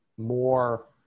more